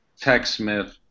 TechSmith